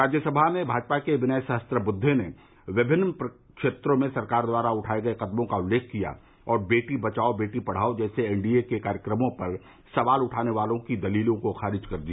राज्यसभा में भाजपा के विनय सहस्त्रबुद्वे ने विभिन्न क्षेत्रों में सरकार द्वारा उठाए गए कदमों का उल्लेख किया और बेटी बचाओ बेटी पढ़ाओ जैसे एन डी ए के कार्यक्रमों पर सवाल उठाने वालों की दलीलों को खारिज कर दिया